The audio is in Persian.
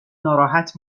ناراحت